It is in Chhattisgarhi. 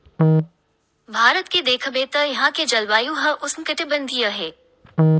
भारत के देखबे त इहां के जलवायु ह उस्नकटिबंधीय हे